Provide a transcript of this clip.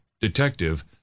detective